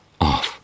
off